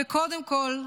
וקודם כול,